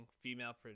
female